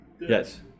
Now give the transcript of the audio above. Yes